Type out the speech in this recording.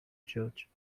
church